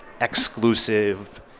exclusive